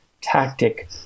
tactic